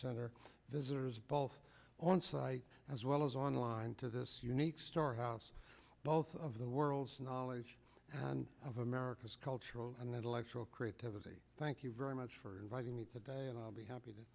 center visitors both on site as well as online to this unique story house both of the world's knowledge of america's cultural and intellectual creativity thank you very much for inviting me today and i'll be happy to